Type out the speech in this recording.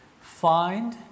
find